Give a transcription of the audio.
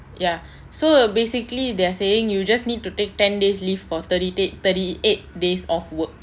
ya so err basically they're saying you just need to take ten days leave for thirty days thirty eight days off work